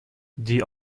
die